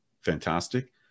fantastic